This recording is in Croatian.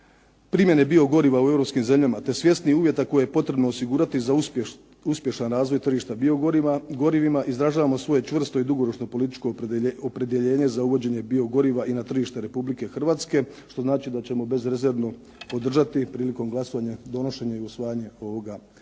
primjene biogoriva u europskim zemljama te svjesni uvjeta koje je potrebno osigurati za uspješan razvoj tržišta biogorivima izražavamo svoje čvrsto i dugoročno političko opredjeljenje za uvođenje biogoriva i na tržište Republike Hrvatske, što znači da ćemo bezrezervno podržati prilikom glasovanja, donošenje i usvajanje ovoga